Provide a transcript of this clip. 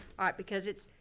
ah because it's,